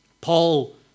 Paul